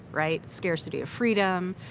right? scarcity of freedom,